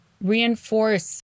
Reinforce